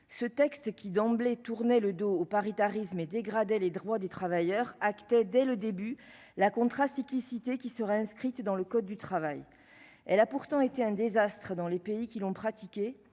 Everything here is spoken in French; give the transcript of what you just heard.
ce texte qui, d'emblée, tourner le dos au paritarisme et dégrader les droits des travailleurs actée dès le début la contrat cyclicité qui serait inscrite dans le code du travail, elle a pourtant été un désastre dans les pays qui l'ont pratiquée